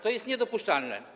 To jest niedopuszczalne.